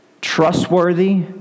trustworthy